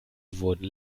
wurden